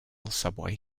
subway